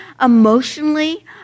emotionally